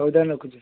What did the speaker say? ହଉ ତା'ହେଲେ ରଖୁଛି